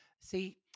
See